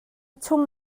chung